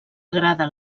agrada